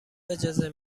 اجازه